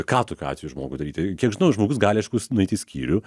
ką tokiu atveju žmogui daryti kiek žinau žmogus gali aišku nueiti į skyrių